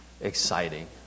exciting